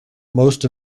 most